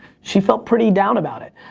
she felt pretty down about it.